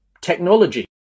technology